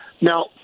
Now